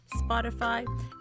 spotify